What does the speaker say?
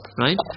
right